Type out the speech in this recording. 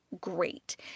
great